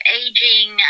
aging